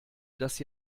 dass